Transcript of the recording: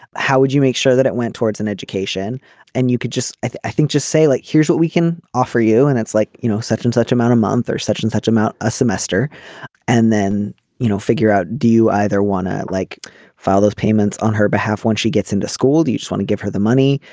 how would you make sure that it went towards an education and you could just i think just say like here's what we can offer you and it's like you know such and such amount a month or such and such amount a semester and then you know figure out do you either want to. like father's payments on her behalf when she gets into school do you want to give her the money.